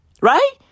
Right